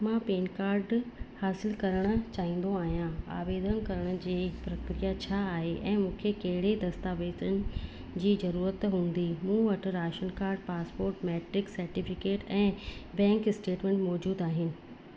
मां pan card हासिलु करणु चाहींदो आहियां आवेदन करण जी प्रक्रिया छा आहे ऐं मूंखे कहिड़ा दस्तावेज़नि जी ज़रूरत हूंदी मूं वटि ration card passport matric certificate ऐं बैंक स्टेटमेंट मौजूदु आहे